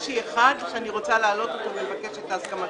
קושי אחד שאני רוצה להעלות אותו ולבקש את הסכמתך.